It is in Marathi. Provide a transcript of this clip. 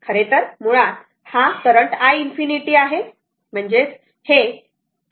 खरेतर हा करंट मुळात i ∞ आहे